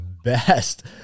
best